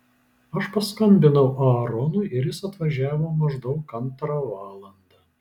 aš paskambinau aaronui ir jis atvažiavo maždaug antrą valandą